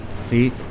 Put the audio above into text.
see